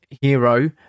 hero